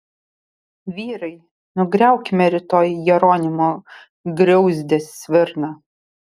vyrai nugriaukime rytoj jeronimo griauzdės svirną